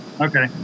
Okay